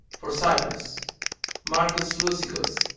for cyprus marcus luccicos,